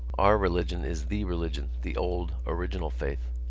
our religion is the religion, the old, original faith.